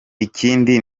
ikindi